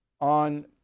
on